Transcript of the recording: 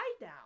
now